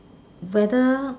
whether